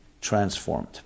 transformed